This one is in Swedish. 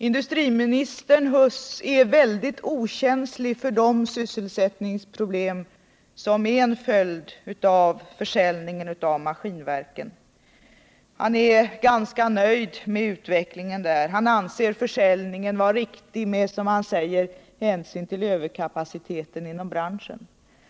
Industriminister Huss är väldigt okänslig för de sysselsättningsproblem som är en följd av försäljningen av Maskinverken. Han är ganska nöjd med utvecklingen där. Han anser försäljningen vara riktig med, som han säger, hänsyn till överkapaciteten inom branschen.